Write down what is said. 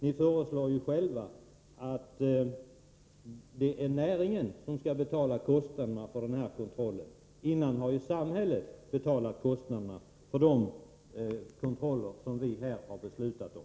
Ni föreslår ju själva att det är näringen som skall betala kostnaderna för den här kontrollen. Förut har ju samhället betalat kostnaderna för de kontroller som vi här har beslutat om.